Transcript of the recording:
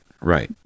right